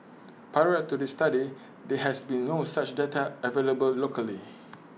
prior to this study there has been no such data available locally